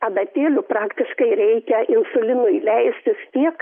adatėlių praktiškai reikia insulinui leistis tiek